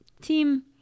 team